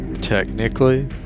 Technically